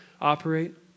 operate